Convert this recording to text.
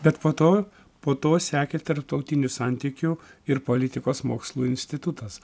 bet po to po to sekė tarptautinių santykių ir politikos mokslų institutas